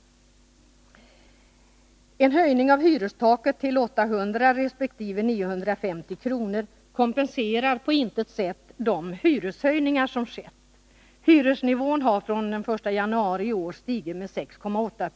En höjning av hyrestaket till 800 resp. 950 kr. kompenserar på intet sätt de hyreshöjningar som skett. Hyresnivån har från den 1 januari i år stigit med 6,8 20.